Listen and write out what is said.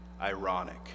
ironic